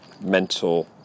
mental